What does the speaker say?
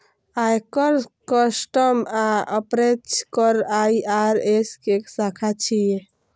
आयकर, कस्टम आ अप्रत्यक्ष कर आई.आर.एस के शाखा छियै